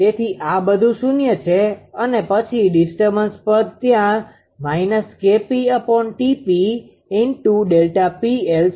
તેથી આ બધું શૂન્ય છે અને પછી ડિસ્ટર્બન્સ પદ ત્યાં −𝐾𝑝𝑇𝑝 × Δ𝑃𝐿 છે